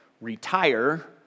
retire